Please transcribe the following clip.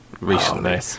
recently